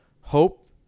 hope